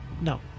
No